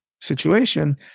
situation